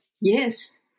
Yes